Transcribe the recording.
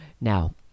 Now